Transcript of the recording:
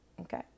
okay